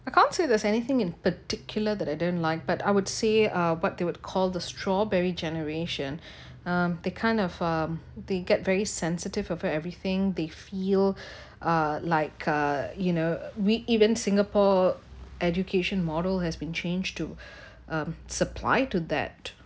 I can't say this anything in particular that I don't like but I would say uh what they would call the strawberry generation um they kind of um they get very sensitive over everything they feel uh like uh you know we even singapore education model has been changed to um supply to that